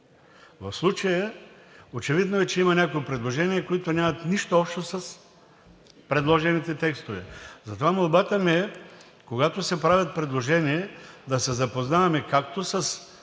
В случая е очевидно, че има някои предложения, които нямат нищо общо с предложените текстове. Затова молбата ми е: когато се правят предложения, да се запознаваме както с